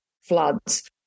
floods